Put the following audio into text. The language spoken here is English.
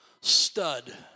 stud